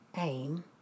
aim